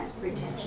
retention